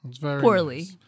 Poorly